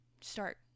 Start